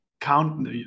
count